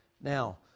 Now